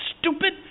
stupid